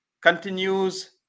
continues